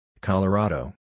Colorado